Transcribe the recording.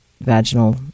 vaginal